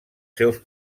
seus